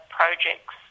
projects